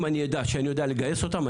אם אני אדע שאני יודע לגייס אותם,